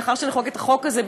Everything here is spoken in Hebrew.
לאחר שנחוקק את החוק הזה,